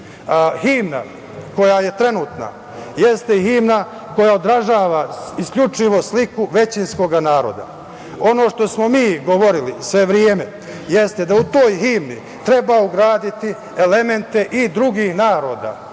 Himna koja je trenutna jeste himna koja odražava isključivo sliku većinskog naroda. Ono što smo mi govorili sve vreme jeste da u tojhimni treba ugraditi elemente i drugih naroda